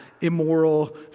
immoral